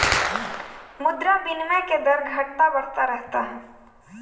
मुद्रा विनिमय के दर घटता बढ़ता रहता है